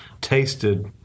tasted